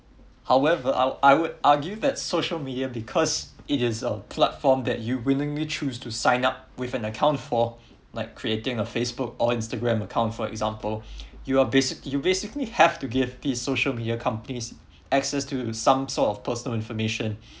however I wou~ I would argue that social media because it is a platform that you willingly choose to sign up with an account for like creating a facebook or instagram account for example you are basically you basically have to give the social media companies access to some sort of personal information